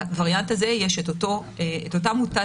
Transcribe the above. לווריאנט הזה יש אותה מוטציה,